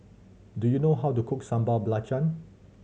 do you know how to cook Sambal Belacan